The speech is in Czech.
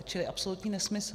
Čili absolutní nesmysl.